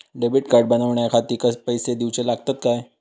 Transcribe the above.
Debit card बनवण्याखाती पैसे दिऊचे लागतात काय?